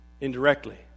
indirectly